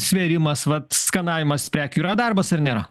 svėrimas vat skanavimas prekių yra darbas ar nėra